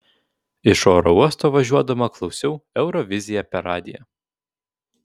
iš oro uosto važiuodama klausiau euroviziją per radiją